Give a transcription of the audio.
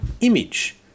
image